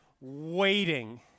waiting